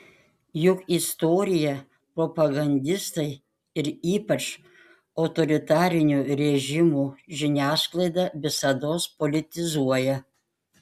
juk istoriją propagandistai ir ypač autoritarinių režimų žiniasklaida visados politizuoja